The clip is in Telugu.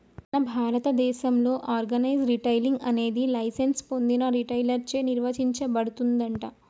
మన భారతదేసంలో ఆర్గనైజ్ రిటైలింగ్ అనేది లైసెన్స్ పొందిన రిటైలర్ చే నిర్వచించబడుతుందంట